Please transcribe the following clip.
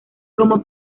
como